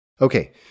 Okay